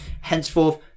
henceforth